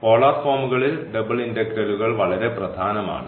polar ഫോമുകളിൽ double ഇന്റഗ്രലുകൾ വളരെ പ്രധാനമാണ്